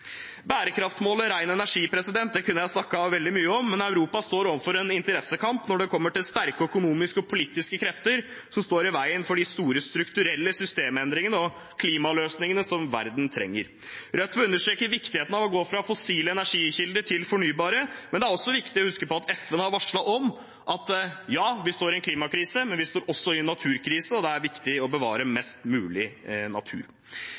energi kunne jeg snakket veldig mye om. Europa står overfor en interessekamp når det kommer til sterke økonomiske og politiske krefter som står i veien for de store strukturelle systemendringene og klimaløsningene som verden trenger. Rødt vil understreke viktigheten av å gå fra fossile energikilder til fornybare, men det er også viktig å huske på at FN har varslet at ja, vi står i en klimakrise, men vi står også i en naturkrise, og det er viktig å bevare mest mulig natur.